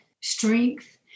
strength